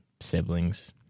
siblings